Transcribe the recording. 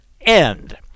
end